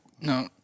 No